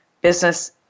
business